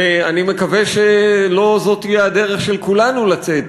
ואני מקווה שלא זו תהיה הדרך של כולנו לצאת,